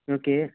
okay